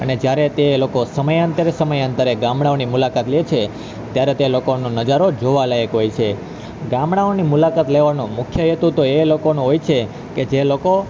અને જ્યારે તે લોકો સમયાંતરે સમયાંતરે ગામડાઓની મુલાકાત લે છે ત્યારે તે લોકોનો નજારો જોવાલાયક હોય છે ગામડાઓની મુલાકાત લેવાનો મુખ્ય હેતુ તો એ લોકોનો હોય છે કે જે લોકો